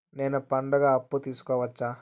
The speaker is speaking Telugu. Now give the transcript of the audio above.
నేను పండుగ అప్పు తీసుకోవచ్చా?